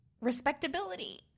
respectability